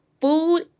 Food